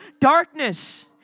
darkness